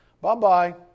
bye-bye